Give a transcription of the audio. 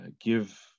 give